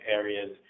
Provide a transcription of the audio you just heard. areas